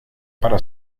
para